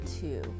two